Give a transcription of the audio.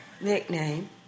Nickname